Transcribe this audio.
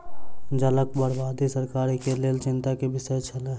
जलक बर्बादी सरकार के लेल चिंता के विषय छल